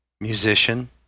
musician